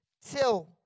till